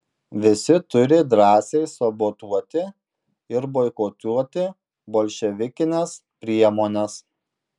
visi turi drąsiai sabotuoti ir boikotuoti bolševikines priemones